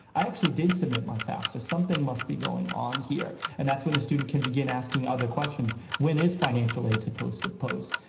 i actually did submit my fafsa. something must be going on here. and that's when the student can begin asking other questions. when is financial aid supposed to post?